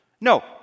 No